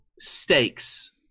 stakes